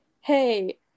hey